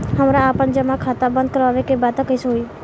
हमरा आपन जमा खाता बंद करवावे के बा त कैसे होई?